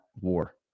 war